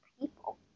people